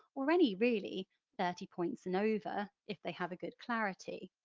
or any really thirty points and over, if they have a good clarity.